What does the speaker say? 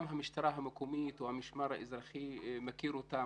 גם המשטרה המקומית או המשמר האזרחי מכירים אותם.